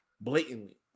blatantly